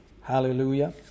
Hallelujah